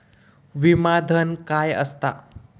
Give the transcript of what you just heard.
विमा धन काय असता?